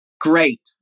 Great